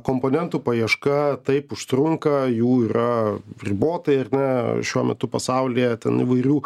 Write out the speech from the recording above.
komponentų paieška taip užtrunka jų yra ribotai ar ne šiuo metu pasaulyje ten įvairių